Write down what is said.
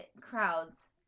crowds